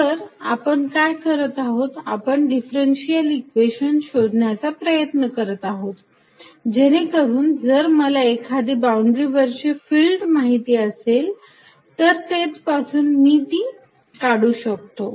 तर आपण काय करत आहोत आपण डिफरंशिअल इक्वेशन शोधण्याचा प्रयत्न करत आहोत जेणेकरून मला जर एखाद्या बाउंड्री वरची फिल्ड माहिती असेल तर तेथ पासून मी ती काढू शकतो